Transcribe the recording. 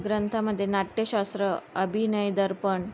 ग्रंथामध्ये नाट्यशास्त्र अभिनय दर्पण